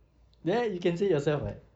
there you can say it yourself [what]